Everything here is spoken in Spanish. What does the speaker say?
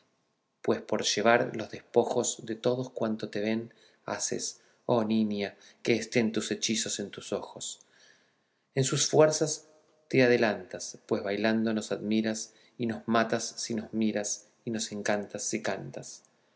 pues por llevar los despojos de todos cuantos te ven haces oh niña que estén tus hechizos en tus ojos en sus fuerzas te adelantas pues bailando nos admiras y nos matas si nos miras y nos encantas si cantas